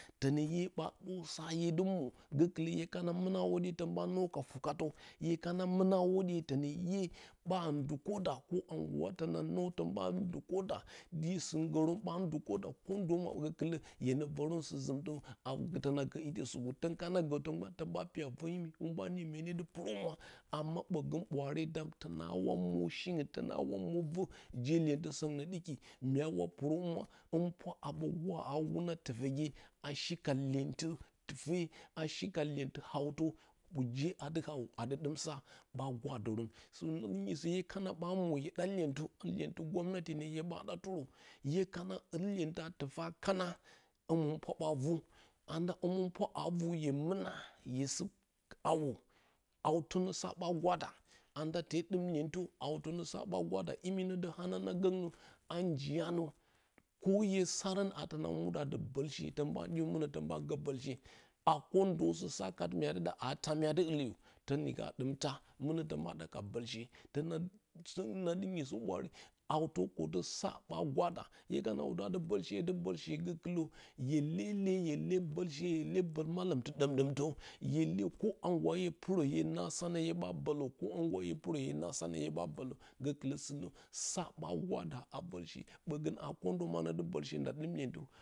Tǝnǝ ʻye ɓa ɗǝw sa hye dɨ mwo, gǝkɨlǝ hye kana mɨna a hwoɗƴe tǝn ɓa nǝw ka fukatǝ. hye kana mɨna hwoɗƴe tǝnǝ ʻye ɓa dukoda di yǝ sɨnggǝrǝn ɓa dukoda ko ndo ma woyi kɨl le hyenǝ vǝrǝn sɨzɨmtǝ tǝna gǝǝ ite tǝna gǝ supo, tǝn kana gǝ sǝ mgban tǝn ɓa pɨra vǝ imi, hwun ɓa niyǝ mye ne dɨ pɨrǝ humwa, ɓǝgǝn ɓwaare dam tǝnaawa mwo shingɨn, tǝnaawa mwo vǝ je lyentǝ, sǝngɨn nǝ ɗɨki myawa pɨrǝ humwa, hǝmɨnpwa aɓǝ wuna tɨfe a wuna tǝgǝgye shika lyentɨ tɨfe, a shika lyentɨ hawtǝ je a dɨ hawo aɓǝ dɨ ɗɨm sa ɓa gwadǝrǝn. Sǝngɨn nɨ ɗɨki hye kana ɓa mwo hye ɗa lyentǝ, lyentɨ ngwamnati nǝ hye ɓa ɗatɨrǝ, hye kana ɨl lyentǝ a tɨfa kana, hǝmɨnpwa ɓa vu, anda hǝmɨnpwa aa hye mɨna hye sɨ hawo, hawtǝnǝ sa ɓa gwada anda tee ɗɨm lyentǝ hawtǝ ǝ sa ɓa gwada. Imi nǝ dǝ hananang gǝngnǝ a njiyanǝ ko hye sarǝn a tǝna muɗǝ dɨ bǝlshe, tǝn ɓa ɗiyu mɨnǝ tǝn ɓa gǝ bǝlshe, a ko ndo sǝ mya dɨ ɗa a taa mya dɨ ɨlǝ yǝ, tǝn ɗɨm taa mɨnǝ tǝn ɓa ka bǝlshe. Na dɨ nyisǝ ɓwaare hawtǝ kotǝ sa ɓa gwada, hye kana wudǝ a dɨ bǝlshe dɨ bǝlshe gǝkɨlǝ hye lee le, hye lee bǝlshe hye lee bǝl malɨmtɨ ɗǝmɗǝmtǝ. Hye leyǝ ko a ndo haa hye pɨrǝ hye naa sanǝ hye ɓa bǝlǝ, gǝkɨlǝ sɨnǝ a ɓa gwada a bǝlshe, ɓǝgǝng aa ko ndo ma nǝ dɨ bǝlshe nda ɗɨm lyentǝ.